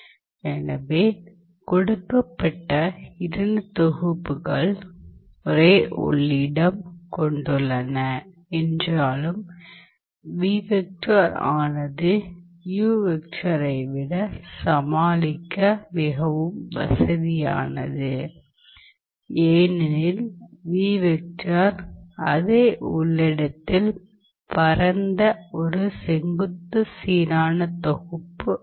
எனவே கொடுக்கப்பட்ட இரண்டு தொகுப்புகள் ஒரே உள்ளிடம் கொண்டுள்ளன என்றாலும் ஆனது ஐவிட சமாளிக்க மிகவும் வசதியானது ஏனெனில் அதே உள்ளிடத்தில் பரந்த ஒரு செங்குத்து சீரான தொகுப்பு ஆகும்